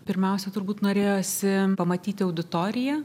pirmiausia turbūt norėjosi pamatyti auditoriją